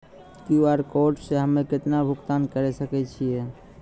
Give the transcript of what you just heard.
QR code से हम्मय केतना भुगतान करे सके छियै?